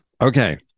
Okay